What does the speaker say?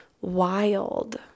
wild